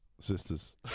sisters